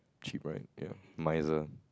cheap right ya miser